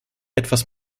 etwas